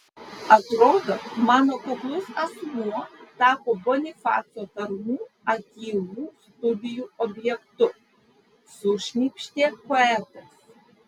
atrodo mano kuklus asmuo tapo bonifaco tarnų akylų studijų objektu sušnypštė poetas